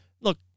Look